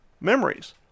memories